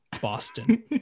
Boston